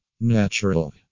natural